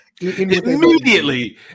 immediately